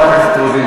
חברת הכנסת רוזין.